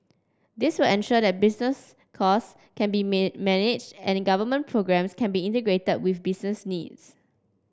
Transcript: this will ensure that business costs can be may managed and government programmes can be integrated with business needs